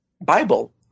Bible